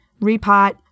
repot